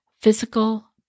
physical